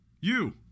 You